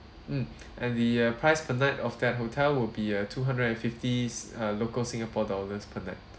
mm and the uh price per night of that hotel would be uh two hundred and fifty s~ uh local singapore dollars per night